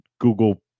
Google